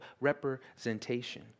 representation